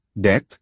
death